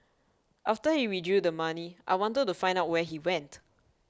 after he withdrew the money I wanted to find out where he went